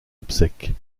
obsèques